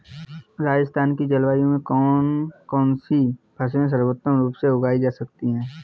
राजस्थान की जलवायु में कौन कौनसी फसलें सर्वोत्तम रूप से उगाई जा सकती हैं?